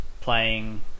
playing